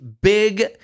big